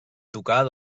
tocar